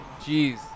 Jeez